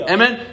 Amen